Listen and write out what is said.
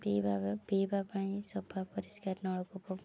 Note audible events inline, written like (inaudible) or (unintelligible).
ପିଇବା (unintelligible) ପିଇବା ପାଇଁ ସଫା ପରିଷ୍କାର ନଳକୂପ